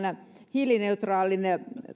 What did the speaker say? hiilineutraalin